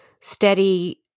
steady